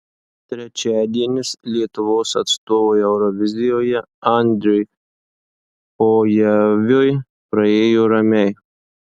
trečiadienis lietuvos atstovui eurovizijoje andriui pojaviui praėjo ramiai